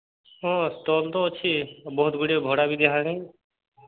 ହଁ ଷ୍ଟଲ୍ ତ ଅଛି ବହୁତ ଗୁଡ଼ିଏ ଭଡ଼ା ବି ଦିଆ ହେଲାଣି